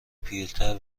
پیرتر